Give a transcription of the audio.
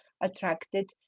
attracted